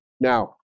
Now